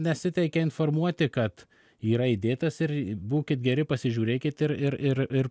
nesiteikė informuoti kad yra įdėtas ir būkit geri pasižiūrėkit ir ir ir ir